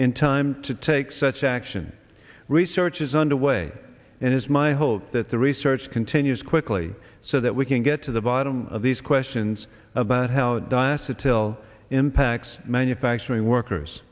in time to take such action research is underway and it's my hope that the research continues quickly so that we can get to the bottom of these questions about how diacetyl impacts manufacturing workers